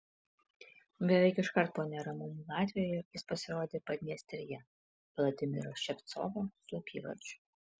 beveik iškart po neramumų latvijoje jis pasirodė padniestrėje vladimiro ševcovo slapyvardžiu